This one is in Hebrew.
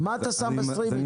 מה אתה משקיע בסטרימינג?